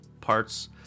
parts